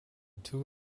two